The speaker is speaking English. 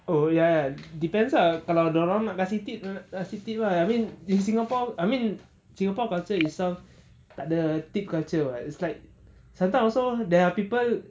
oh ya ya depends lah kalau dia orang nak kasih tip dia orang nak kasih tip ah I mean in singapore I mean singapore culture itself tak ada tip culture [what] it's like sometime also there are people